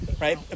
Right